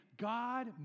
God